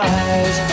eyes